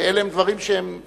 ואלה דברים שהם שנויים,